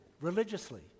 Religiously